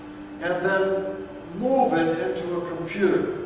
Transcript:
and then move it into a computer.